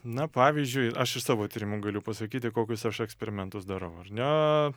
na pavyzdžiui aš iš savo tyrimų galiu pasakyti kokius aš eksperimentus darau ar ne